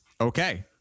okay